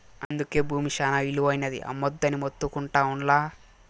అందుకే బూమి శానా ఇలువైనది, అమ్మొద్దని మొత్తుకుంటా ఉండ్లా